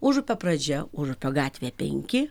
užupio pradžia užupio gatvė penki